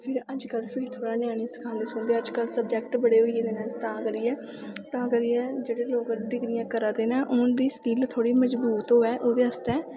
फिर अज्ज कल फिर थोह्ड़ा ञ्यानें गी सखांदे सखुंदे अज्ज कल सब्जैक्ट बड़े होई गेदे न तां करियै तां करियै जेह्ड़े लोग डिग्रियां करा दे न उं'दी स्किल थोहड़ी मज़बूत होऐ ओह्दे आस्तै